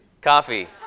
Coffee